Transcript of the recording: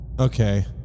Okay